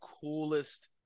coolest